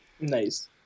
Nice